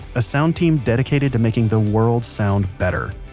a sound team dedicated to making the world sound better.